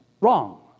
wrong